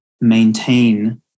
maintain